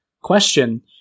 question